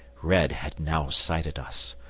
red had now sighted us.